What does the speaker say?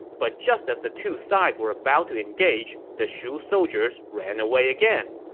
but just as the two sides were about to engage, the shu soldiers ran away again.